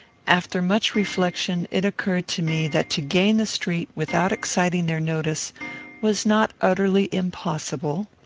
after much reflection, it occurred to me that to gain the street without exciting their notice was not utterly impossible.